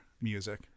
music